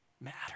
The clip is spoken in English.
matter